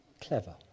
clever